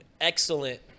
excellent